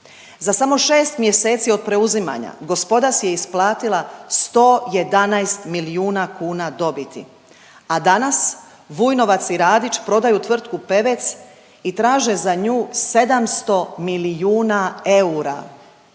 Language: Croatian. Za samo šest mjeseci od preuzimanja gospoda si je isplatila 111 milijuna kuna dobiti, a danas Vujnovac i Radić prodaju tvrtku Pevec i traže za nju 700 milijuna eura.